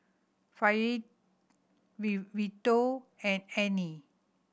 Fail V Vito and Annie